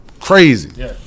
crazy